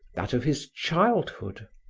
that of his childhood,